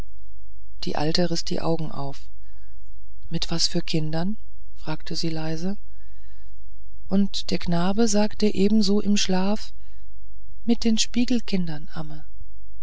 die alte riß die augen auf mit was für kindern fragte sie leise und der knabe sagte ebenso im schlaf mit den spiegelkindern amme